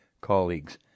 colleagues